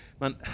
Man